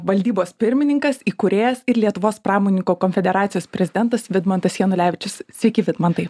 valdybos pirmininkas įkūrėjas ir lietuvos pramonininkų konfederacijos prezidentas vidmantas janulevičius sveiki vidmantai